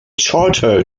charter